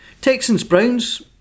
Texans-Browns